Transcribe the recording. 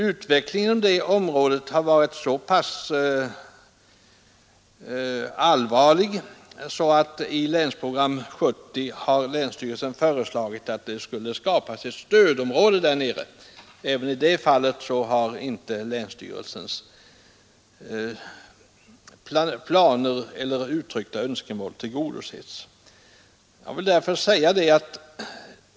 Utvecklingen i området har varit så bekymmersam, att länsstyrelsen i länsprogrammet har föreslagit tillskapandet av ett stödområde, men inte heller i det fallet har länsstyrelsens önskemål blivit tillgodosedda.